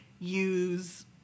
use